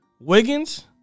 Wiggins